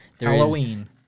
Halloween